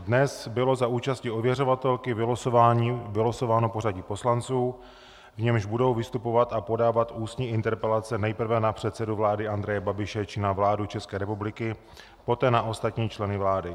Dnes bylo za účasti ověřovatelky vylosováno pořadí poslanců, v němž budou vystupovat a podávat ústní interpelace nejprve na předsedu vlády Andreje Babiše či na vládu České republiky, poté na ostatní členy vlády.